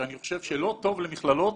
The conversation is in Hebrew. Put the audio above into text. שאני חושב שלא טוב למכללות